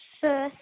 first